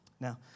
Now